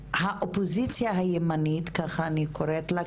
האופוזיציה הימנית - ככה אני קוראת לה,